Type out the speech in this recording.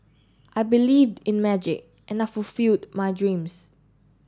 I believed in magic and I fulfilled my dreams